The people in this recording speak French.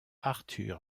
arthur